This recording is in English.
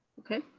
okay.